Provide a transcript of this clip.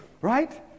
Right